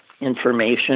information